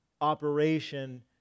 operation